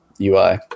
UI